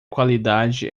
qualidade